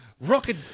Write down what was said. rocket